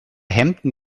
hemden